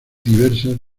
diversas